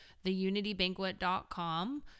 Theunitybanquet.com